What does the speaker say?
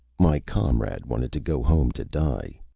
my comrade wanted to go home to die.